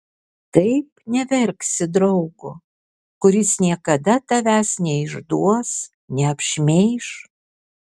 kaip neverksi draugo kuris niekada tavęs neišduos neapšmeiš